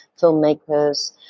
filmmakers